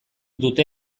dute